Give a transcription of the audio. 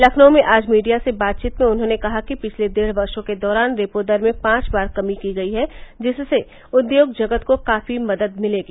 लखनऊ में आज मीडिया से बातचीत में उन्होंने कहा कि पिछले डेढ़ वर्षो के दौरान रेपो दर में पांच बार कमी की गई है जिससे उद्योग जगत को काफी मदद मिलेगी